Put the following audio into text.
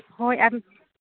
ᱦᱳᱭ ᱟᱨ